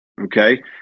Okay